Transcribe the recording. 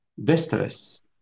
distress